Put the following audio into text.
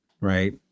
right